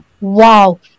wow